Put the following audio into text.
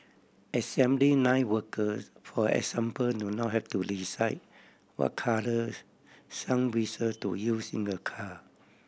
assembly line workers for example do not have to decide what colour sun visor to use in a car